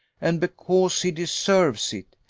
and because he deserves it.